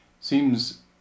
seems